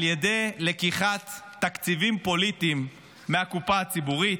על ידי לקיחת תקציבים פוליטיים מהקופה הציבורית,